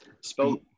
Spell